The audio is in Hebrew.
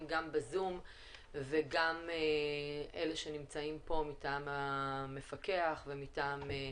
גם בזום וגם לאלה שנמצאים פה מטעם המפקח על הבנקים